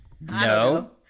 no